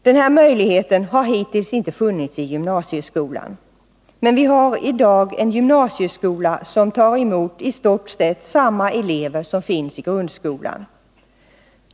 Den här möjligheten har hittills inte funnits i gymnasieskolan. Men vi har i dag en gymnasieskola som tar emot i stort sett samma elever som finns i grundskolan.